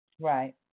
Right